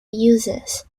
uses